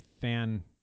fan